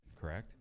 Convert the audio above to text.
correct